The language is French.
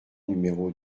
numéro